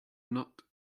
not